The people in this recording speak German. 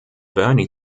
byrne